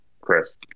Chris